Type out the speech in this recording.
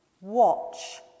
watch